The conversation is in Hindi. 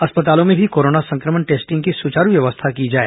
अस्पतालों में भी कोरोना संक्रमण टेस्टिंग की सुचारू व्यवस्थाएं की जाए